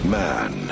man